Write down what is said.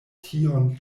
tion